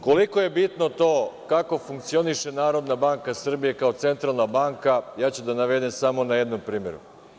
Koliko je bitno to kako funkcioniše NBS kao Centralna banka, ja ću da navedem samo na jednom primeru.